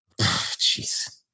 Jeez